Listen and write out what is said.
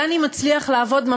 דני מצליח לעבוד,